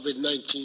COVID-19